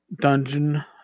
Dungeon